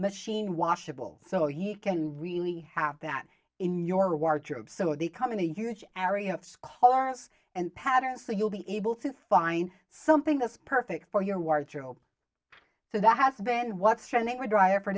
machine washable so he can really have that in your wardrobe so they come in a huge area chorus and patterns so you'll be able to find something that's perfect for your wardrobe so that has been what's trending or dryer for